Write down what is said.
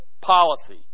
policy